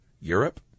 Europe